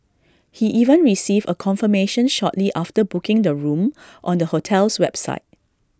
he even received A confirmation shortly after booking the room on the hotel's website